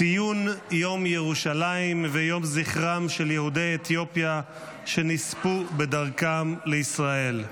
ציון יום ירושלים ויום זכרם של יהודי אתיופיה שנספו בדרכם לישראל.